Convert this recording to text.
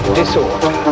disorder